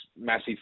massive